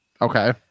Okay